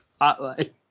hotline